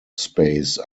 space